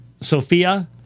Sophia